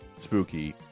spooky